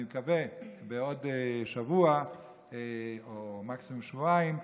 אני מקווה שבעוד שבוע או מקסימום שבועיים,